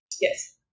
Yes